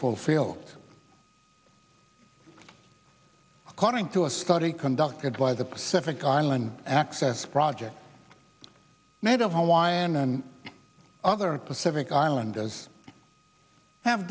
fulfilled according to a study conducted by the pacific island access project native hawaiian and other pacific islanders have